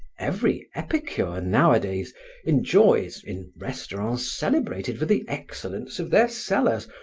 every epicure nowadays enjoys, in restaurants celebrated for the excellence of their cellars,